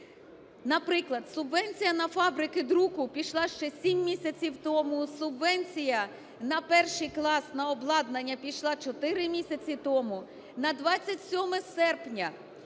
Наприклад, субвенція на фабрики друку пішла ще 7 місяців тому, субвенція на 1-й клас на обладнання пішла 4 місяці тому. На 27 серпня